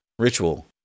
Ritual